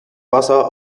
wasser